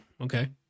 Okay